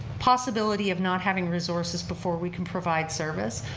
possibility of not having resources before we can provide service.